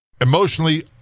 emotionally